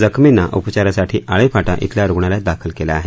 जखमींना उपचारासाठी आळे फाटा इथल्या रूग्णालयात दाखल केलं आहे